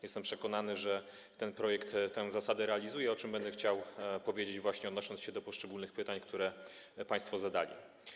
Jestem przekonany, że ten projekt tę zasadę realizuje, o czym będę chciał powiedzieć, odnosząc się do poszczególnych pytań, które państwo zadali.